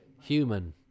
Human